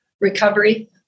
recovery